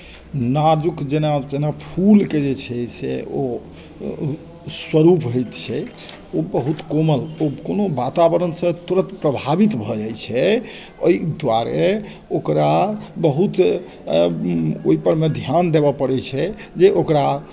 नाजुक जेना जेना फूलके जे छै से ओ स्वरूप होइत छै ओ बहुत कोमल ओ कोनो वातावरणसँ तुरन्त प्रभावित भऽ जाइत छै एहिद्वारे ओकरा बहुत ओहिपर मे ध्यान देवय पड़ैत छै जे ओकरा